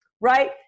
right